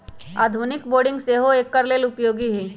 आधुनिक बोरिंग सेहो एकर लेल उपयोगी है